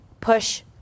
push